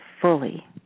fully